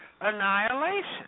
annihilation